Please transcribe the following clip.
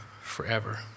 forever